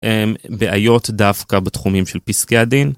בעיות דווקא בתחומים של פסקי הדין.